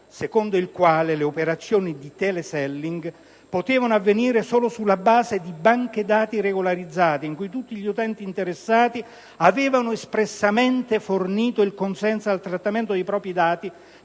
secondo il quale le operazioni di «*teleselling*» potevano avvenire solo sulla base di banche dati regolarizzate, in cui tutti gli utenti interessati avevano espressamente fornito il consenso al trattamento dei propri dati